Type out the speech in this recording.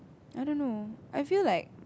I don't know I feel like